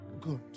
Good